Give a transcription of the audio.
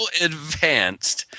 advanced